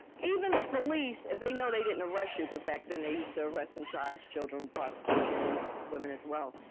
even the police, if they know they didn't arrest you, cause back then they used to arrest and charge children with prostitution, and women as well.